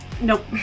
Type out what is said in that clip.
Nope